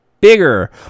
bigger